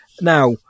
Now